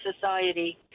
society